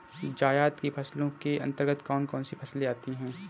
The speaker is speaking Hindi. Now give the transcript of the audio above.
जायद की फसलों के अंतर्गत कौन कौन सी फसलें आती हैं?